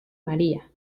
maría